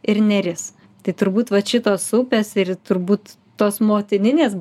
ir neris tai turbūt vat šitos upės ir turbūt tos motininės